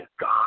God